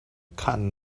cotton